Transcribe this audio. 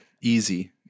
Easy